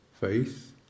faith